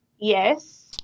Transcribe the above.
Yes